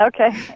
Okay